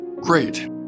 Great